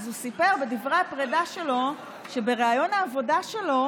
הוא סיפר בדברי הפרידה שלו שבריאיון העבודה שלו